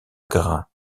grain